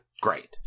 great